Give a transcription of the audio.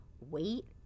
wait